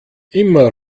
immer